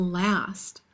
last